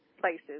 places